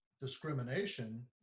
discrimination